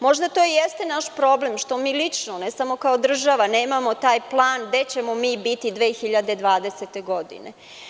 Možda to i jeste naš problem što mi lično, ne samo kao država, nemamo taj plan gde ćemo mi biti 2020. godine.